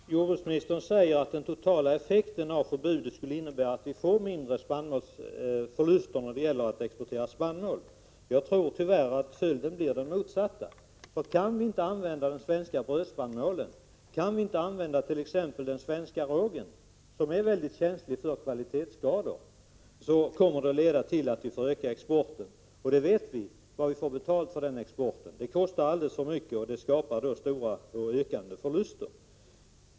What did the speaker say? Herr talman! Jordbruksministern säger att den totala effekten av förbudet 23 april 1987 skulle innebära att vi får mindre förluster när det gäller att exportera spannmål. Jag tror att följden tyvärr blir den motsatta. Kan vi inte använda den svenska brödspannmålen — exempelvis den svenska rågen, som är mycket känslig för kvalitetsskador — så måste vi öka exporten. Vi vet vad vi får betalt för den exporten. Den kostar alldeles för mycket och leder till ökande förluster.